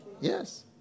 Yes